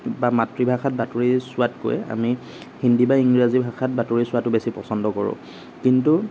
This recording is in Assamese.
বা মাতৃভাষাত বাতৰি চোৱাতকৈ আমি হিন্দী বা ইংৰাজী ভাষাত বাতৰি চোৱাতো বেছি পছন্দ কৰোঁ কিন্তু